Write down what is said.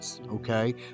okay